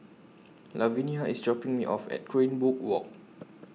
Lavenia IS dropping Me off At Greenwood Walk